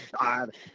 god